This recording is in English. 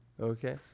Okay